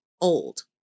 old